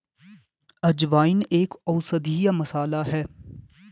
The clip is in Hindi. अजवाइन एक औषधीय मसाला है